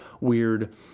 weird